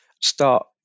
start